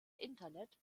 internet